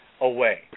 away